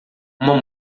uma